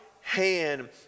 hand